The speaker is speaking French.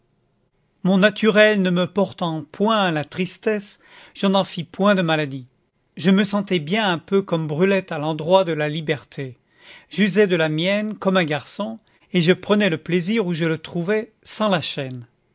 mon naturel ne me portant point à la tristesse je n'en fis point de maladie je me sentais bien un peu comme brulette à l'endroit de la liberté j'usais de la mienne comme un garçon et je prenais le plaisir où je le trouvais sans la chaîne